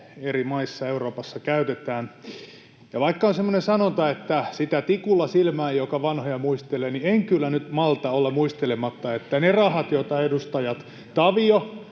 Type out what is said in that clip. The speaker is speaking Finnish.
eri maissa Euroopassa käytetään. Vaikka on semmoinen sanonta, että sitä tikulla silmään, joka vanhoja muistelee, niin en kyllä nyt malta olla muistelematta, että ne rahat, joita edustajat Tavio